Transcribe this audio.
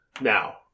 Now